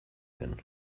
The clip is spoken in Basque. den